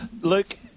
Luke